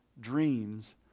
dreams